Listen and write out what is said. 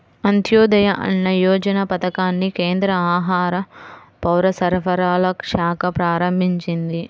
అంత్యోదయ అన్న యోజన పథకాన్ని కేంద్ర ఆహార, పౌరసరఫరాల శాఖ ప్రారంభించింది